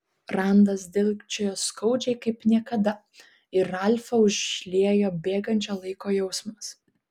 randas dilgčiojo skaudžiai kaip niekada ir ralfą užliejo bėgančio laiko jausmas